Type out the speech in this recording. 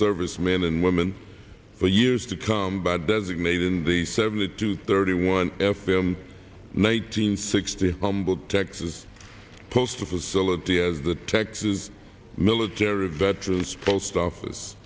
servicemen and women for years to come by designating the seventy two thirty one f m nine hundred sixty humble texas postal facility as the texas military veterans post office